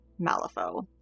malifaux